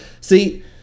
See